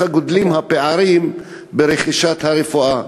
כך גדלים הפערים ברכישת שירותי הרפואה.